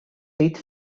teach